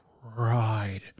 cried